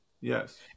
Yes